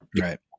right